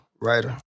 writer